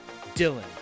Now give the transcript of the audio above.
Dylan